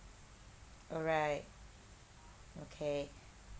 alright okay